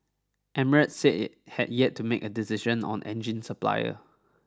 Emirates said it had yet to make a decision on engine supplier